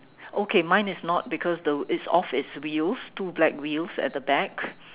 okay mine is not because the it's off it's wheels two black wheels at the back